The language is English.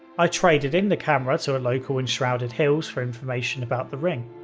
i traded in the camera to a local in shrouded hills for information about the ring.